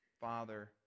Father